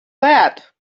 that